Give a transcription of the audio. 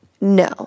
no